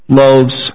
loaves